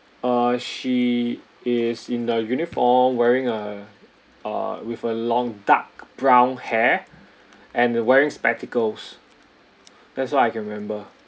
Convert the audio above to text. uh she is in the uniform wearing a uh with a long dark brown hair and wearing spectacles that's all I can remember